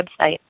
website